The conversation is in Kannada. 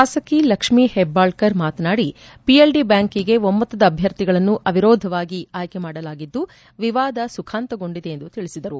ಶಾಸಕಿ ಲಕ್ಷ್ಮೀ ಹೆಬ್ಬಾಳಕರ್ ಮಾತನಾದಿ ಪಿಎಲ್ ಡಿ ಬ್ಯಾಂಕಿಗೆ ಒಮ್ಮತದ ಅಭ್ಯರ್ಥಿಗಳನ್ನು ಅವಿರೋಧವಾಗಿ ಆಯ್ಕೆ ಮಾಡಲಾಗಿದ್ದು ವಿವಾದ ಸುಖಾಂತಗೊಂಡಿದೆ ಎಂದು ತಿಳಿಸಿದರು